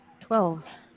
Twelve